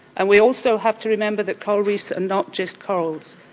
and we also have to remember that coral reefs are not just corals.